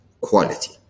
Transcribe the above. quality